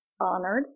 honored